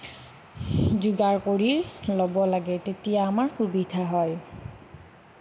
যোগাৰ কৰি ল'ব লাগে তেতিয়া আমাৰ সুবিধা হয়